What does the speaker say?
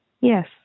Yes